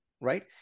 right